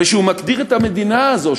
ושהוא מגדיר את המדינה הזאת,